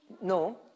No